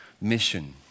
mission